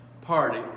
party